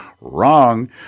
Wrong